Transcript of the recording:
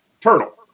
turtle